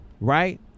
right